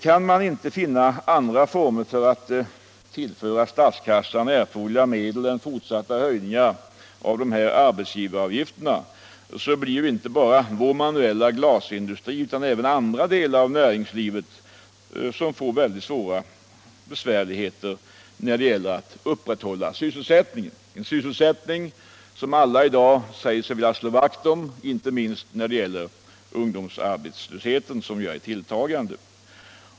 Går det inte att finna andra former för att tillföra statskassan erforderliga medel än fortsatta höjningar av dessa arbetsgivaravgifter blir det inte bara vår manuella glasindustri utan även andra delar av näringslivet som får mycket stora svårigheter att upprätthålla sysselsättningen — en sysselsättning som alla i dag säger sig vilja slå vakt om, inte minst med hänsyn till ungdomsarbetslösheten, som ju är i tilltagande.